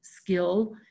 skill